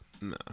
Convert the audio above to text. nah